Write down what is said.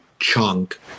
chunk